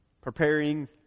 preparing